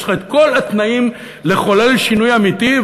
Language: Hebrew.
יש לך כל התנאים לחולל שינוי אמיתי,